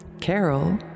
Carol